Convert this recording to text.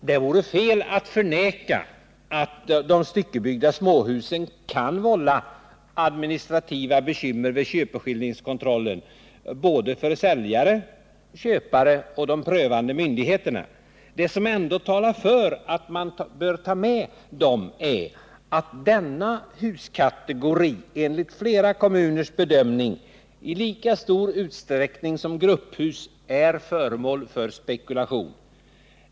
Det vore fel att förneka att de styckebyggda småhusen kan vålla administrativa bekymmer vid köpeskillingskontrollen, för säljare, köpare och de prövande myndigheterna. Det som ändå talar för att man tar med dem är att denna huskategori enligt flera kommuners bedömning i lika stor utsträckning som grupphus är föremål för spekulation.